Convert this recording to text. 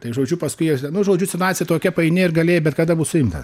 tai žodžiu paskui nu žodžiu situacija tokia paini ir galėjai bet kada būt suimtas